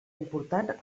important